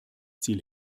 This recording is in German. ziel